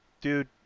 Dude